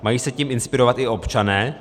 Mají se tím inspirovat i občané?